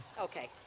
Okay